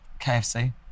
KFC